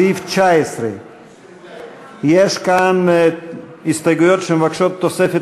סעיף 19. יש כאן הסתייגויות שמבקשות תוספת